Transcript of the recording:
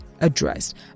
addressed